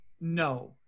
no